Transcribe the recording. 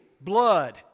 blood